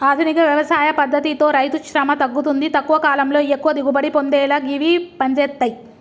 ఆధునిక వ్యవసాయ పద్దతితో రైతుశ్రమ తగ్గుతుంది తక్కువ కాలంలో ఎక్కువ దిగుబడి పొందేలా గివి పంజేత్తయ్